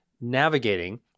navigating